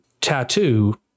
tattoo